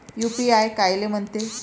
UPI कायले म्हनते?